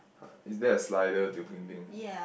uh is there a slider looking thing